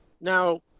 Now